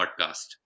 podcast